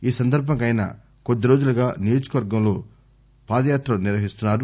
ఈ సందర్బంగా ఆయన కొద్దిరోజులుగా నియోజకవర్గంలో ఆయన పాదయాత్రలు నిర్వహిస్తున్నారు